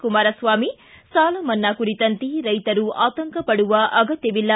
ಕುಮಾರಸ್ವಾಮಿ ಸಾಲ ಮನ್ನಾ ಕುರಿತಂತೆ ರೈತರು ಆತಂಕ ಪಡುವ ಅಗತ್ತವಿಲ್ಲ